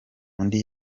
undi